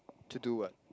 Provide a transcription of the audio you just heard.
to do what